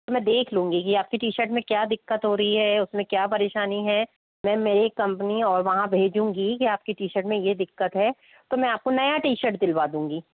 मैं देख लूंगी की आपकी टी शर्ट में क्या दिक्कत हो रही है उसमें क्या परेशानी है मैं मेरी कंपनी और वहाँ भेजूंगी कि आपकी टी शर्ट में यह दिक्कत है तो मैं आपको नया टी शर्ट दिलवा दूंगी